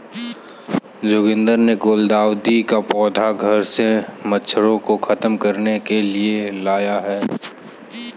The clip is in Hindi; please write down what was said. जोगिंदर ने गुलदाउदी का पौधा घर से मच्छरों को खत्म करने के लिए लगाया